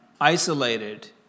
isolated